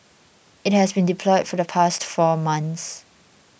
it has been deployed for the past four month